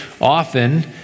often